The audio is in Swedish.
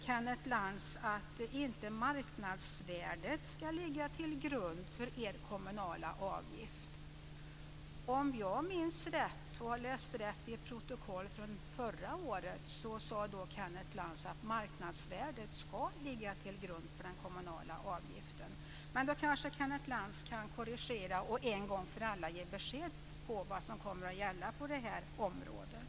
Kenneth Lantz säger att marknadsvärdet inte ska ligga till grund för den föreslagna kommunala avgiften. Om jag minns rätt och har läst rätt i protokoll från förra året sade Kenneth Lantz att marknadsvärdet ska ligga till grund för den kommunala avgiften. Kenneth Lantz kanske kan korrigera detta och en gång för alla ge besked om vad som kommer att gälla på det här området.